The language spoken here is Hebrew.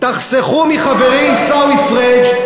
אתה כל כך טועה.